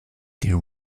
there